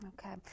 Okay